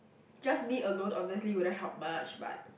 just me alone obviously wouldn't help much but